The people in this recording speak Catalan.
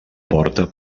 porta